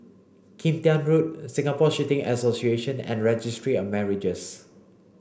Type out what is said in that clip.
Kim Tian Road Singapore Shooting Association and Registry of Marriages